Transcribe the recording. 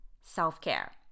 Self-Care